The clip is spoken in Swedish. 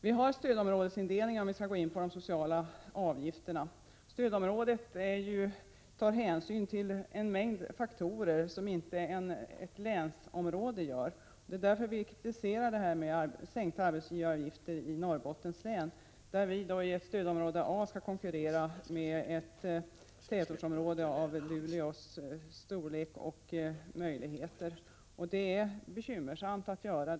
När det gäller de sociala avgifterna finns indelningen i stödområden. Inom stödområdet tas ju hänsyn till en mängd faktorer som inte görs inom ett länsområde. Det är därför vi kritiserar detta med sänkta arbetsgivaravgifter i Norrbottens län, där vi i ssödområde A skall konkurrera med ett tätortsområde av Luleås storlek och med dess möjligheter. Och det är det bekymmersamt att göra.